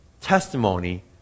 testimony